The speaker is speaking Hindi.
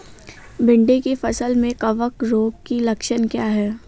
भिंडी की फसल में कवक रोग के लक्षण क्या है?